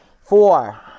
Four